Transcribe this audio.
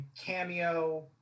cameo